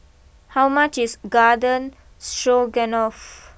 how much is Garden Stroganoff